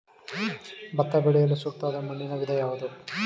ಭತ್ತ ಬೆಳೆಯಲು ಸೂಕ್ತವಾದ ಮಣ್ಣಿನ ವಿಧ ಯಾವುದು?